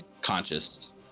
conscious